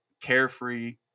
carefree